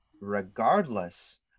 regardless